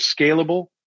scalable